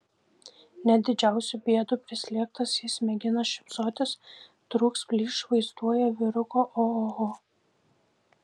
net didžiausių bėdų prislėgtas jis mėgina šypsotis trūks plyš vaizduoja vyruką ohoho